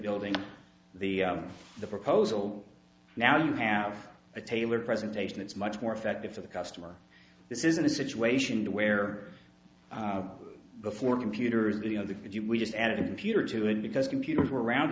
building the the proposal now you have a tailored presentation it's much more effective for the customer this isn't a situation where before computers you know that if you just added a computer to it because computers were around